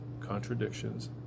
contradictions